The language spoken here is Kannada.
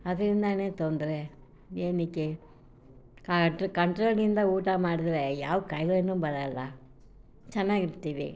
ಅದ್ರಿಂದಲೇ ತೊಂದರೆ ಏನಿಕ್ಕೆ ಕಾಂಟ್ರ ಕಂಟ್ರೋಲ್ನಿಂದ ಊಟ ಮಾಡಿದರೆ ಯಾವ ಕಾಯಿಲೇನೂ ಬರೋಲ್ಲ ಚೆನ್ನಾಗಿರ್ತೀವಿ